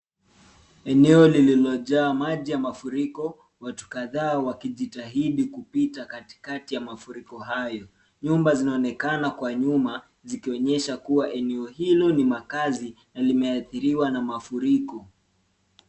Eneo lililojaa maji ya mafuriko watu kadhaa wakijitahidi kupita katikati ya mfuriko hayo. Nyumba zinaonekana kwa nyuma zikionyesha kuwa eneo hilo ni makazi na limeathiriwa na mafuriko.